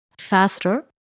faster